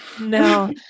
No